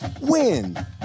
WIN